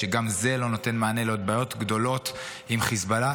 שגם זה לא נותן מענה לעוד בעיות גדולות עם חיזבאללה,